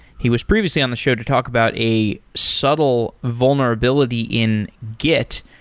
he was previously on the show to talk about a subtle vulnerability in git,